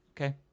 okay